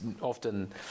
often